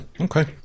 okay